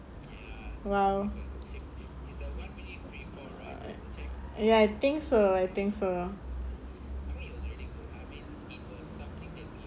!wow! ya I think so I think so